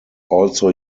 also